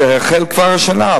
שהחל כבר השנה,